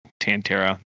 Tantera